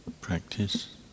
practice